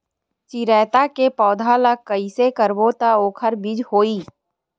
चिरैता के पौधा ल कइसे करबो त ओखर बीज होई?